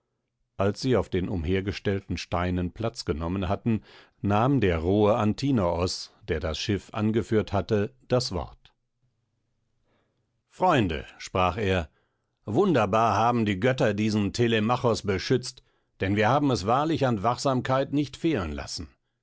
als sie auf den umhergestellten steinen platz genommen hatten nahm der rohe antinoos der das schiff angeführt hatte das wort freunde sprach er wunderbar haben die götter diesen telemachos beschützt denn wir haben es wahrlich an wachsamkeit nicht fehlen lassen